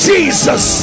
Jesus